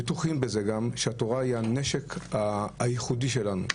אנחנו גם בטוחים בזה שהתורה היא הנשק הייחודי שלנו.